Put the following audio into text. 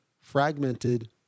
fragmented